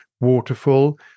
waterfall